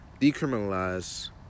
decriminalize